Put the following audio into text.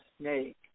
snake